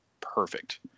perfect